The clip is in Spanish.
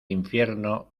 infierno